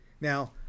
Now